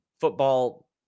football